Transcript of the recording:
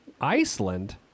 Iceland